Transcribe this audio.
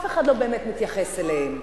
אף אחד לא באמת מתייחס אליהן.